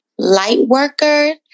Lightworker